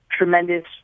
Tremendous